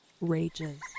rages